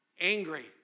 angry